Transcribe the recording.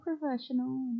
professional